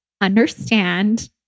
understand